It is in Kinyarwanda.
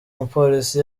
mupolisi